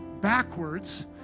backwards